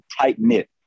tight-knit